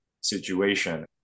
situation